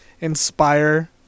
inspire